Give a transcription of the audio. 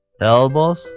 elbows